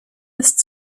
ist